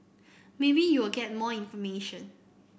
maybe you will get more information